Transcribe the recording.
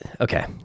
okay